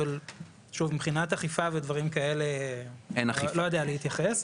אבל שוב מבחינת אכיפה ודברים כאלה לא יודע להתייחס.